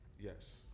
Yes